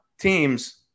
team's